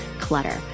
clutter